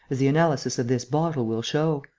as the analysis of this bottle will show.